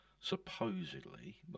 Supposedly